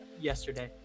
yesterday